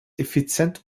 effizient